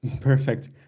perfect